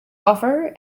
offer